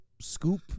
scoop